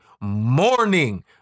morning